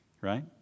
Right